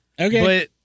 Okay